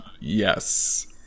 yes